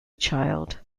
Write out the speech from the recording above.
child